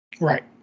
Right